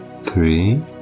Three